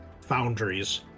foundries